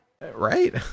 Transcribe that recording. Right